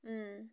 अँ